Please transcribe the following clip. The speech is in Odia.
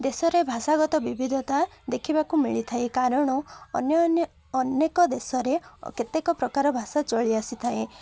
ଦେଶରେ ଭାଷାଗତ ବିବିଧତା ଦେଖିବାକୁ ମିଳିଥାଏ କାରଣ ଅନ୍ୟନ୍ୟ ଅନେକ ଦେଶରେ କେତେକ ପ୍ରକାର ଭାଷା ଚଳି ଆସିଥାଏ